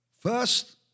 First